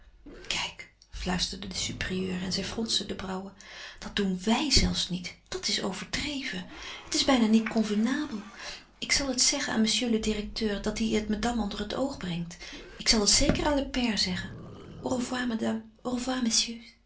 kijk fluisterde de supérieure en zij fronste de brauwen dat doen wij zelfs niet dat is overdreven het is bijna niet convenable ik zal het zeggen aan monsieur le directeur dat die het madame onder het oog brengt ik zal het zeker aan le père zeggen